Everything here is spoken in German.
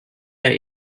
der